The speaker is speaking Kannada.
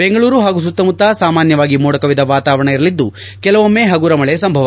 ಬೆಂಗಳೂರು ಹಾಗೂ ಸುತ್ತಮುತ್ತ ಸಾಮಾನ್ಯವಾಗಿ ಮೋಡ ಕವಿದ ವಾತಾವರಣ ಇರಲಿದ್ದು ಕೆಲವೊಮ್ಮೆ ಪಗುರ ಮಳೆ ಸಂಭವ